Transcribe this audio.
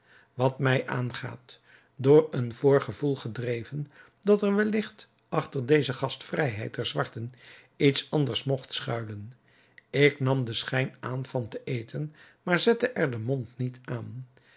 wat mij aangaat door een voorgevoel gedreven dat er welligt achter deze gastvrijheid der zwarten iets anders mogt schuilen ik nam den schijn aan van te eten maar zette er den mond niet aan